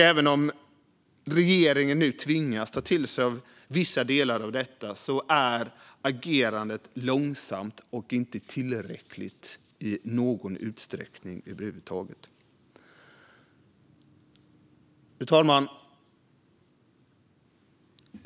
Även om regeringen nu tvingas ta till sig av vissa delar av detta är agerandet långsamt och inte tillräckligt i någon utsträckning. Fru talman!